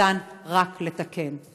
ניתן רק לתקן.